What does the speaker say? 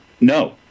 No